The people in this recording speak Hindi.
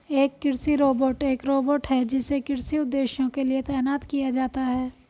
एक कृषि रोबोट एक रोबोट है जिसे कृषि उद्देश्यों के लिए तैनात किया जाता है